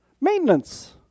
Maintenance